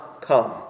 come